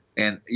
and you